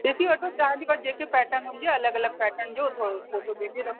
ॾिसी वठो चार जे पास जेके पैटन हुजे अलॻि अलॻि पैटन जो थोरो फोटो विझी रखो